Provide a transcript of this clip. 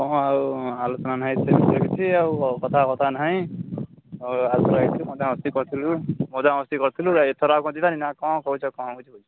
ହଁ ଆଉ ଆଲୋଚନା ନାହିଁ ସେ ବିଷୟରେ କିଛି ଆଉ କଥାବାର୍ତ୍ତା ନାହିଁ ଆଉ ଆଗରୁ ଯାଇକି ମସ୍ତି କରୁଥିଲୁ ମଜା ମସ୍ତି କରିଥିଲୁ ଏଥର ଆଉ ଯିବାନି ନା କ'ଣ କହୁଛ କ'ଣ ମୁଁ କିଛି ବୁଝିପାରୁନି